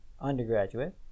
undergraduate